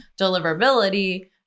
deliverability